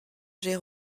j’aie